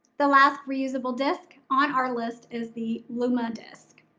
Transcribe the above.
the last reusable disc on our list is the lumma disc.